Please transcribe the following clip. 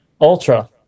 ultra